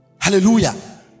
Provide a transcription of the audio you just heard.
hallelujah